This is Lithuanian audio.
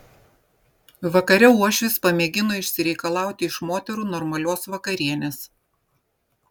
vakare uošvis pamėgino išsireikalauti iš moterų normalios vakarienės